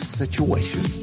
situation